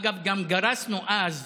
אגב, גם גרסנו אז,